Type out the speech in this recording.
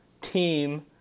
team